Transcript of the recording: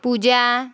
पूजा